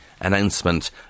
announcement